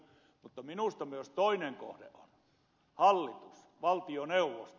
mutta minusta myös toinen kohde on hallitus valtioneuvosto